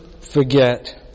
forget